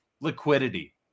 liquidity